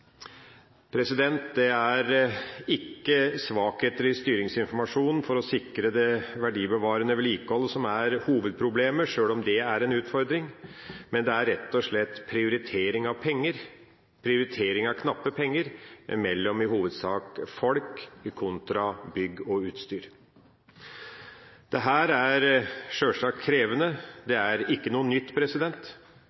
Det er ikke svakheter i styringsinformasjonen for å sikre det verdibevarende vedlikeholdet som er hovedproblemet – sjøl om det er en utfordring – men det er rett og slett prioritering av knappe penger mellom i hovedsak folk kontra bygg og utstyr. Dette er sjølsagt krevende, og det